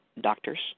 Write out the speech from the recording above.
doctors